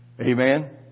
Amen